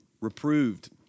reproved